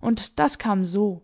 und das kam so